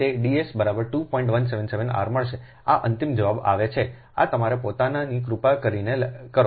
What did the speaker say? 177 r મળશેઆ અંતિમ જવાબ આવે છે આ તમે તમારા પોતાના ની કૃપા કરીને કરો